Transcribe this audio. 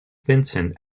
vincent